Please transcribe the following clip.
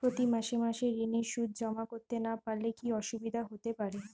প্রতি মাসে মাসে ঋণের সুদ জমা করতে না পারলে কি অসুবিধা হতে পারে?